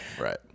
right